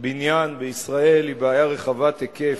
בעיית השלכת פסולת בניין בישראל היא בעיה רחבת היקף,